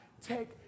take